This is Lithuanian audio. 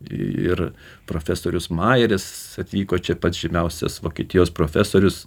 ir profesorius majeris atvyko čia pats žymiausias vokietijos profesorius